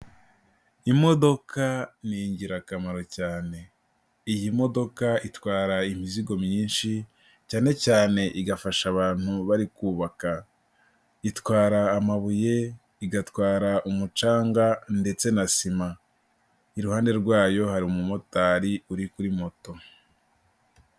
Imodoka ni ingirakamaro cyane iyi modoka itwara imizigo myinshi cyane cyane igafasha abantu bari kubaka itwara amabuye, igatwara umucanga ndetse na sima iruhande rwayo hari umumotari uri kuri moto.